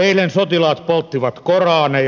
eilen sotilaat polttivat koraaneja